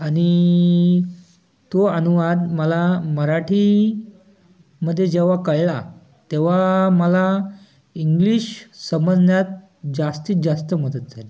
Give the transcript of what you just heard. आणि तो अनुवाद मला मराठीमध्ये जेव्हा कळला तेव्हा मला इंग्लिश समजण्यात जास्तीत जास्त मदत झाली